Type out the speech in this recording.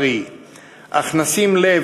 אך באותה נשימה,